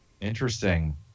Interesting